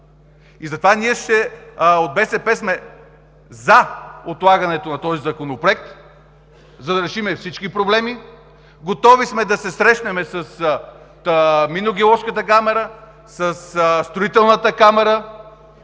Затова ние от БСП сме „за“ отлагането на този законопроект, за да решим всички проблеми. Готови сме да се срещнем с Минно-геоложката камара и със Строителната камара.